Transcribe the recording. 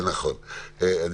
שאני